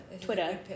Twitter